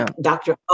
Doctor